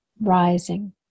Rising